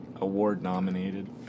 award-nominated